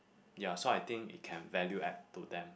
ya so I think it can valued at to them